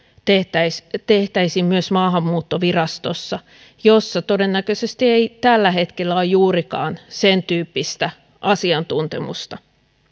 tehtäisiin tehtäisiin myös maahanmuuttovirastossa jossa todennäköisesti tällä hetkellä ei juurikaan ole sentyyppistä asiantuntemusta